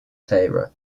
taira